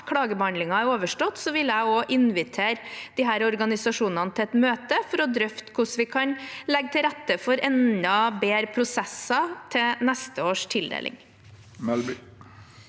klagebehandlingen er overstått, vil jeg invitere disse organisasjonene til et møte for å drøfte hvordan vi kan legge til rette for enda bedre prosesser ved neste års tildeling.